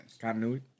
Continuity